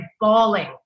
bawling